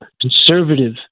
conservative